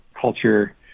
culture